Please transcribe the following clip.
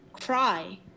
cry